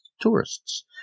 tourists